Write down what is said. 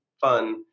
fun